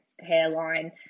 hairline